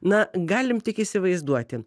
na galim tik įsivaizduoti